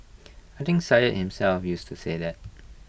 I think Syed himself used to say that